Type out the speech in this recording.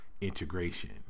integration